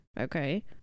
Okay